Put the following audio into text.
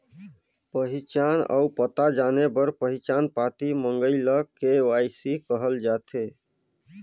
पहिचान अउ पता जाने बर पहिचान पाती मंगई ल के.वाई.सी कहल जाथे